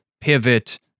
pivot